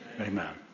Amen